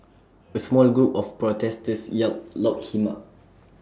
A small group of protesters yelled lock him up